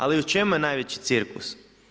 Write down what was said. Ali u čemu je najveći cirkus?